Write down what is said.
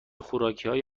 خوراکیهای